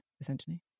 essentially